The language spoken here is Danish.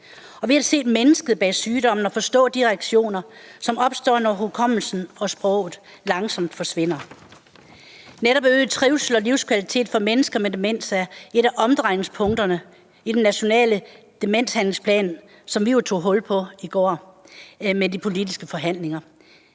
og ved at se mennesket bag sygdommen og forstå de reaktioner, som opstår, når hukommelsen og sproget langsomt forsvinder. Netop øget trivsel og livskvalitet for mennesker med demens er et af omdrejningspunkterne i den nationale demenshandlingsplan, som vi jo tog hul på i går med de politiske forhandlinger.